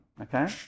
Okay